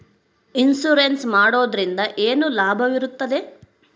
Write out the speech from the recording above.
Insurance ಮಾಡೋದ್ರಿಂದ ಏನು ಲಾಭವಿರುತ್ತದೆ?